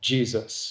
Jesus